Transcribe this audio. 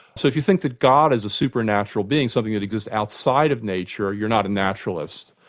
so if you think that god is a supernatural being, something that exists outside of nature, you're not a naturalist.